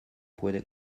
puede